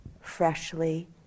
freshly